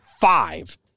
five